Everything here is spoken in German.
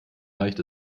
reicht